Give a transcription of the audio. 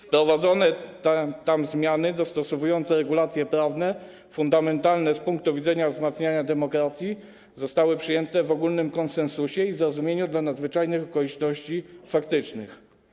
Wprowadzone tam zmiany dostosowujące regulacje prawne fundamentalne z punktu widzenia wzmacniania demokracji zostały przyjęte w ogólnym konsensusie i zrozumieniu nadzwyczajnych okoliczności faktycznych.